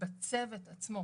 בצוות עצמו,